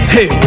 Hey